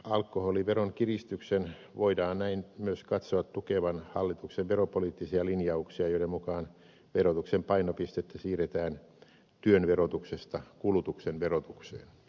alkoholiveron kiristyksen voidaan näin myös katsoa tukevan hallituksen veropoliittisia linjauksia joiden mukaan verotuksen painopistettä siirretään työn verotuksesta kulutuksen verotukseen